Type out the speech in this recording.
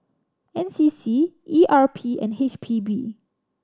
N C C E R P and H P B